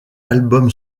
album